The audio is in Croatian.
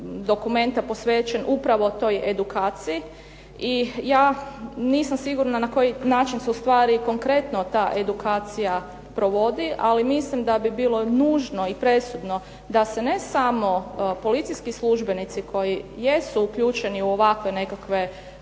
dokumenta posvećen upravo toj edukaciji i ja nisam sigurna na koji način se ustvari konkretno ta edukacija provodi, ali mislim da bi bilo nužno i presudno da se ne samo policijski službenici koji jesu uključeni u ovakve nekakve